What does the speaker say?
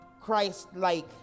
christ-like